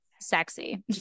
sexy